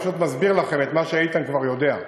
אני פשוט מסביר לכם את מה שאיתן כבר יודע,